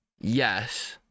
yes